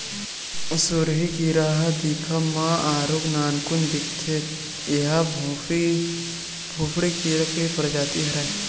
सुरही कीरा ह दिखब म आरुग नानकुन दिखथे, ऐहा भूसड़ी के ही परजाति हरय